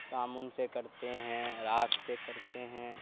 صابن سے کرتے ہیں راکھ سے کرتے ہیں